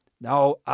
Now